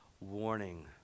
warning